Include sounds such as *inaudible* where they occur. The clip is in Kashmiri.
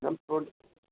*unintelligible*